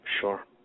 Sure